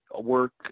Work